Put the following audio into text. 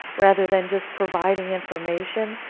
rather than just providing information.